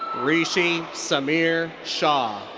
rishi samir shah.